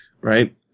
right